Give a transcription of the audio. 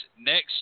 next